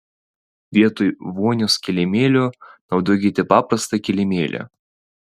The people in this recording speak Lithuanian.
vietoj vonios kilimėlio naudokite paprastą kilimėlį